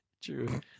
True